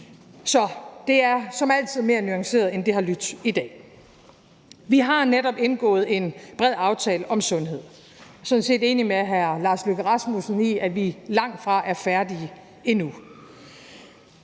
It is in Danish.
så det er som altid mere nuanceret, end det har lydt i dag. Vi har netop indgået en bred aftale om sundhed. Jeg er sådan set enig med hr. Lars Løkke Rasmussen i, at vi langtfra er færdige endnu.